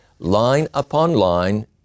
Lineuponline